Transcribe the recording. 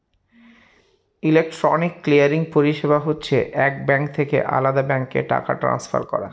electronic clearing পরিষেবা হচ্ছে এক ব্যাঙ্ক থেকে আলদা ব্যাঙ্কে টাকা ট্রান্সফার করা